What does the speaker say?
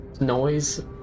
noise